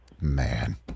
Man